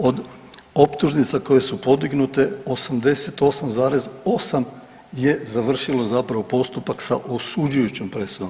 Od optužnica koje su podignute 88,8 je završilo zapravo postupak sa osuđujućom presudom.